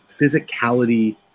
physicality